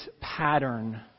pattern